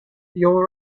your